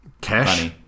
cash